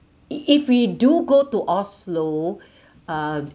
if we do go to oslo uh